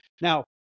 Now